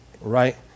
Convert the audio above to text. Right